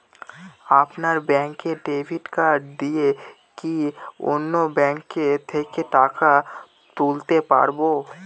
আপনার ব্যাংকের debit card দিয়ে কি অন্য ব্যাংকের থেকে টাকা তুলতে পারবো?